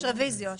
יש רוויזיות.